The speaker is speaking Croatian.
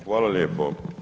Hvala lijepo.